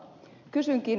kysynkin